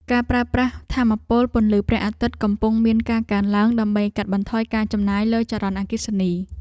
ការប្រើប្រាស់ថាមពលពន្លឺព្រះអាទិត្យកំពុងមានការកើនឡើង ដើម្បីកាត់បន្ថយការចំណាយលើចរន្តអគ្គិសនី។